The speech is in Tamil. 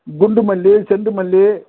குண்டு மல்லிகை செண்டு மல்லிகை